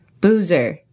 Boozer